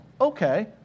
okay